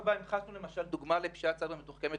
לעשות זאת.